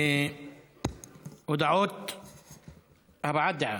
הבעת דעה,